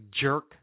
jerk